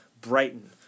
Brighton